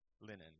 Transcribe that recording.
linen